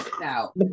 now